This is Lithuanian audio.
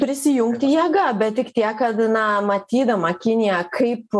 prisijungti jėga bet tik tiek kad na matydama kinija kaip